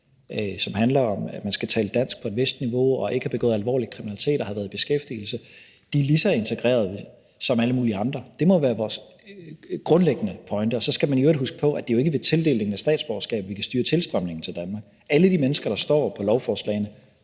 som handler om, at man skal tale dansk på et vist niveau, at man ikke have begået alvorlig kriminalitet, og at man skal have været i beskæftigelse, er lige så integrerede som alle mulige andre. Det må være vores grundlæggende pointe. Så skal man i øvrigt huske på, at det jo ikke er ved tildelingen af statsborgerskab, at vi kan styre tilstrømningen til Danmark. Alle de mennesker, der står på lovforslagene,